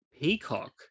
Peacock